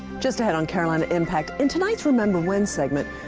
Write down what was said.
just ahead on carolina impact in tonight's remember when segment,